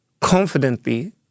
confidently